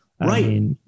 Right